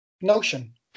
notion